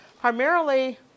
primarily